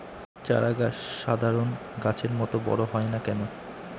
চারা গাছ সাধারণ গাছের মত বড় হয় না কেনো?